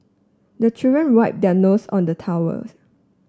the children wipe their nose on the towel